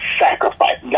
sacrifice